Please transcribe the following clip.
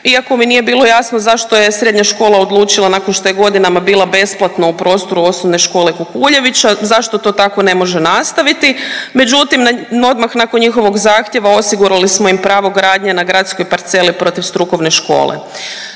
iako mi nije bilo jasno zašto je srednja škola odlučila nakon što je godinama bila besplatno u prostoru Osnovne škole Kukuljevića, zašto to tako ne može nastaviti, međutim odmah nakon njihovog zahtjeva, osigurali smo im pravo gradnje na gradskoj parceli protiv strukovne škole.